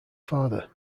father